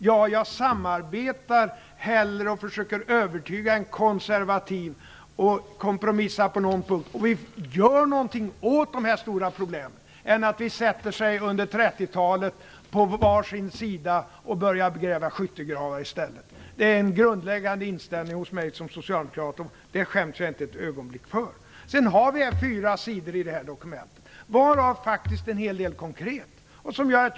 Ja, jag samarbetar hellre, försöker övertyga en konservativ, kompromissar på någon punkt och gör något åt dessa stora problem, än att vi som under 30-talet sätter oss på var sin sida och börjar gräva skyttegravar. Det är en grundläggande inställning hos mig som socialdemokrat, och det skäms jag inte ett ögonblick för. Det finns fyra sidor i dokumentet, varav en hel del faktiskt är konkret.